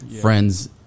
friends